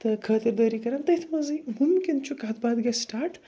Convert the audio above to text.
تہٕ خٲطر دٲری کَرن تٔتھۍ منٛزٕے مُمکِن چھُ کتھ بات گَژھِ سِٹاٹ